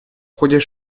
ходе